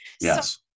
Yes